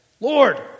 Lord